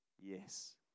Yes